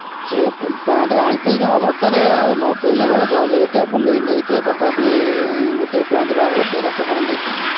ଯେହେତୁ ସେ ପ୍ୟାଣ୍ଟ ଆଣିଥିଲି ଯେଉଁ ଅବସ୍ଥାରେ ଆଉ ନକହିଲେ ଭଲ ରେଟ୍ ନେଇଥିଲା ତଥାପି ଗୋଟେ ପ୍ୟାଣ୍ଟ ବାର ଶହ ତେର ଶହ ଖଣ୍ଡେ ନେଇଥିଲା